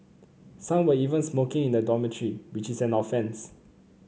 some were even smoking in the dormitory which is an offence